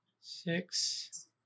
six